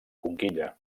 conquilla